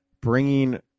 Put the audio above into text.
bringing